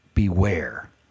Beware